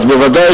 אז בוודאי,